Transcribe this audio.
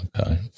Okay